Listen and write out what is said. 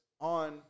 on